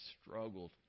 struggled